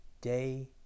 day